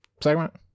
segment